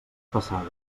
passades